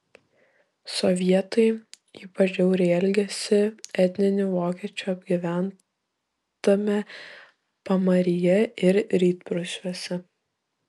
sovietai ypač žiauriai elgėsi etninių vokiečių apgyventame pamaryje ir rytprūsiuose